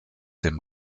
dem